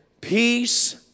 peace